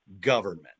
government